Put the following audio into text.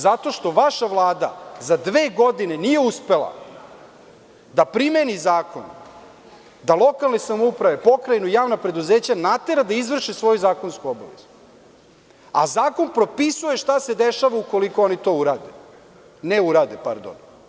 Zato što vaša Vlada za dve godine nije uspela da primeni zakon da lokalne samouprave, pokrajinu, javna preduzeća natera da izvrše svoju zakonsku obavezu, a zakon propisuje šta se dešava ukoliko oni to urade, ne urade, pardon.